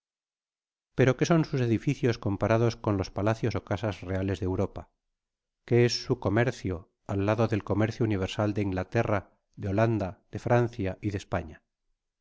pero qué son sus edificios comparados con los palacios ó casas reales de europa qué es su comercio al lado del comercio universal de la inglaterra de la holanda de la francia y de la españa